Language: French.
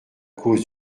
cause